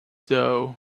doe